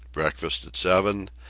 breakfast at seven,